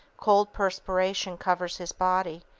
cold perspiration covers his body,